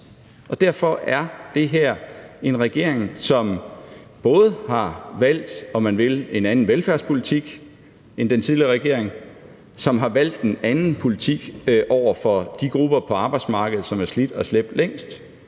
Derfor er det her en regering, som både har valgt en anden velfærdspolitik end den tidligere regering, som har valgt en anden politik over for de grupper på arbejdsmarkedet, som har slidt og slæbt længst,